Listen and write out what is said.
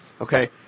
okay